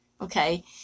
Okay